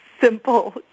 Simple